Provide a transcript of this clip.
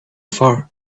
far